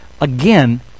Again